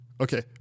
Okay